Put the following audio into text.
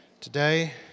today